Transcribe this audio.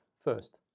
first